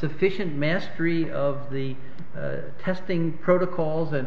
sufficient mastery of the testing protocols and